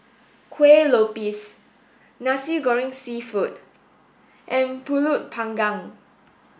Kuih Lopes Nasi Goreng seafood and Pulut panggang